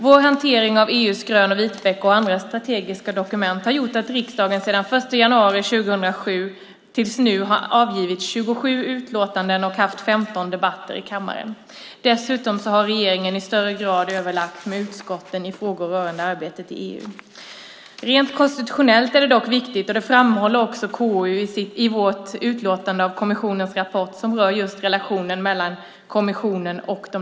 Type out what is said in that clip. Vår hantering av EU:s grön och vitböcker och andra strategiska dokument har gjort att riksdagen sedan den 1 januari 2007 har avgivit 27 utlåtanden och haft 15 debatter i kammaren. Dessutom har regeringen i större grad överlagt med utskotten i frågor rörande arbetet i EU. Rent konstitutionellt är det dock viktigt att våra utlåtanden på intet sätt är konstitutionellt eller rättsligt bindande.